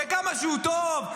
וכמה שהוא טוב,